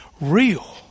real